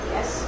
Yes